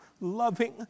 loving